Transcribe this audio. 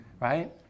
right